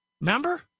Remember